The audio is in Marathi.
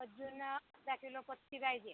अजून ना चार किलो पत्ती पाहिजे